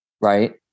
right